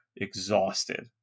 exhausted